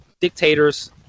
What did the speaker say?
dictators